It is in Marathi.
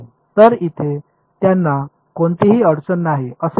तर इथे त्यांना कोणतीही अडचण नाही असे दिसते